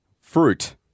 Fruit